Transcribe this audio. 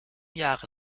jahre